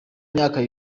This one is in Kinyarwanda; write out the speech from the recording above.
imyaka